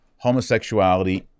homosexuality